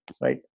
right